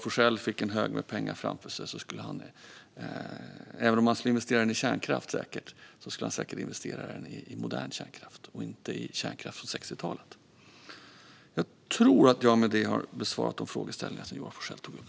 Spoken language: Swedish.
Om han fick en hög med pengar framför sig skulle han säkert investera den i kärnkraft, men i modern kärnkraft och inte i kärnkraft från 60-talet. Jag tror att jag med det har besvarat de frågeställningar som Joar Forssell tog upp.